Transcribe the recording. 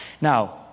Now